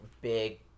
big